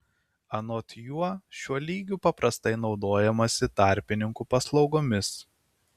anot jo šiuo lygiu paprastai naudojamasi tarpininkų paslaugomis